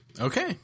Okay